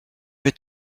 vais